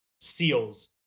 seals